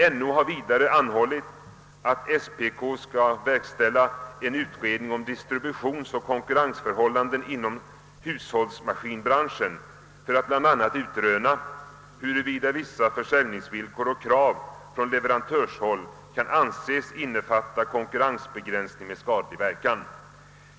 LO har vidare anhållit att SPK skall verkställa en utredning om distributionsoch konkurrensförhållandena inom hushållsmaskinbranschen för att bl.a. utröna, huruvida vissa försäljningsvillkor och krav från leverantörhåll kan anses innebära konkurrensbegränsning med skadlig verkan.